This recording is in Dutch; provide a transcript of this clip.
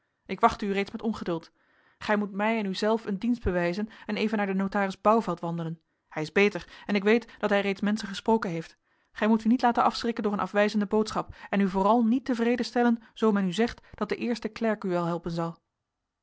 ik wachtte u reeds met ongeduld gij moet mij en u zelf een dienst bewijzen en even naar den notaris bouvelt wandelen hij is beter en ik weet dat hij reeds menschen gesproken heeft gij moet u niet laten afschrikken door een afwijzende boodschap en u vooral niet tevreden stellen zoo men u zegt dat de eerste klerk u wel helpen zal